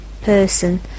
person